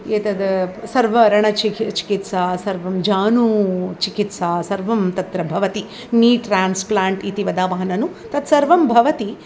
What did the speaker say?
एतद् सर्वं रुग्णचिकित्सा चिकि सर्वं जानुचिकित्सा सर्वं तत्र भवति नी ट्रान्स्प्लान्ट् इति वदामः ननु तत् सर्वं भवति